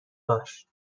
باش